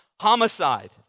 homicide